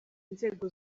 inzego